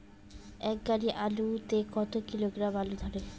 এক গাড়ি আলু তে কত কিলোগ্রাম আলু ধরে?